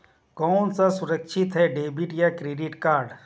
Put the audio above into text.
कौन सा सुरक्षित है क्रेडिट या डेबिट कार्ड?